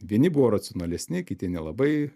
vieni buvo racionalesni kiti nelabai